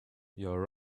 your